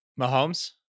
Mahomes